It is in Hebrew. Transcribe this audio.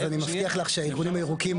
אז אני מבטיח לך שהארגונים הירוקים,